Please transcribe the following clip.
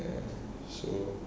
ya so